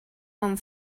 home